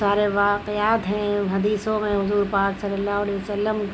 سارے واقعات ہیں حدیثوں میں حضور پاک صلی اللّہ علیہ و سلم